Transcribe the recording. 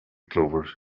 clovers